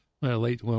late